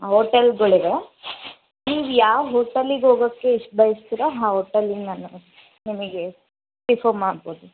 ಹೋಟೆಲ್ಗಳಿವೆ ನೀವು ಯಾವ ಹೋಟೆಲಿಗೆ ಹೋಗೋಕ್ಕೆ ಬಯಸ್ತಿರೋ ಆ ಹೋಟೆಲಿಗೆ ನಾನು ನಿಮಗೆ ಪ್ರಿಫರ್ ಮಾಡಬಹುದು